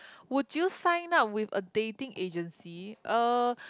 would you sign up with a dating agency uh